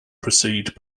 proceed